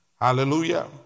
Hallelujah